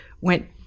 went